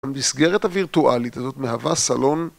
במסגרת הווירטואלית הזאת מהווה סלון